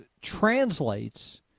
translates